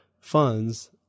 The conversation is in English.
funds